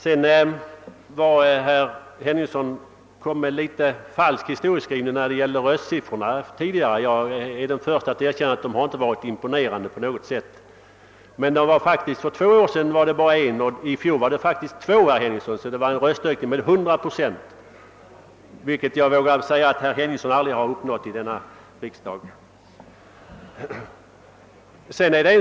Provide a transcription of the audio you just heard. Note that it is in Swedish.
Herr Henningsson gjorde vidare en falsk historieskrivning beträffande röstsiffrorna. Jag är den förste att erkänna att dessa inte på något sätt varit imponerande. Det var dock för två år sedan vi bara fick en röst. Föregående år fick vi faktiskt två röster, herr Henningsson. Det var alltså fråga om en röstökning med 100 procent, ett resultat som jag vågar påstå att herr Henningsson aldrig uppnått i denna kammare.